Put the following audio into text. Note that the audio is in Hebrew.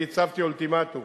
אני הצבתי אולטימטום